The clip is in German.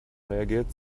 reagiert